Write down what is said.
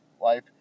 life